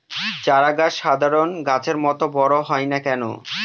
চারা গাছ সাধারণ গাছের মত বড় হয় না কেনো?